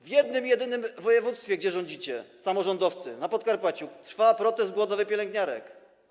W jednym jedynym województwie, gdzie rządzicie jako samorządowcy, na Podkarpaciu, trwa protest głodowy pielęgniarek.